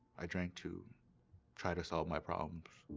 i drank to try to solve my problems.